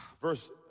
Verse